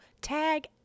tag